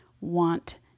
want